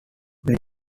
when